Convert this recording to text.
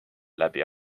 läbi